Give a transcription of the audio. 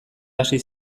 hasi